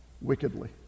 wickedly